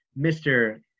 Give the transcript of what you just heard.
Mr